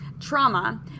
trauma